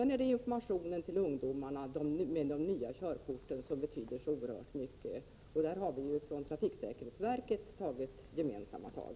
När det gäller ungdomar med nya körkort är det oerhört betydelsefullt med information. Där har ju trafiksäkerhetsverket tagit gemensamma tag.